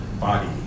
body